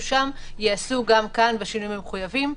שם ייעשו גם כאן בשינויים המחויבים.